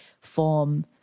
form